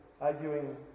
arguing